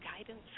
guidance